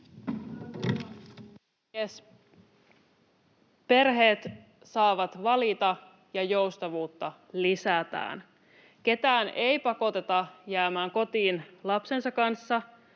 Perheet saavat valita, ja joustavuutta lisätään. Ketään ei pakoteta jäämään kotiin lapsensa kanssa.